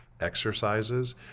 exercises